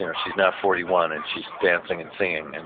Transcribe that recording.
and she's now forty one and she's dancing and singing. and